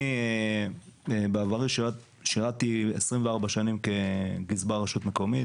אני בעברי עבדתי 24 שנים כגזבר רשות מקומית